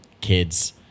kids